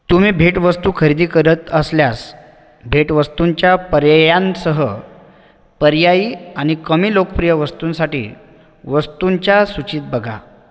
तुम्ही भेटवस्तू खरेदी करत असल्यास भेटवस्तूंच्या पर्यायांसह पर्यायी आणि कमी लोकप्रिय वस्तूंसाठी वस्तूंच्या सूचीत बघा